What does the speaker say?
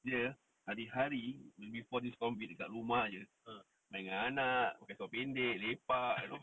dia hari-hari before this COVID kat rumah jer main dengan anak pakai seluar pendek lepak you know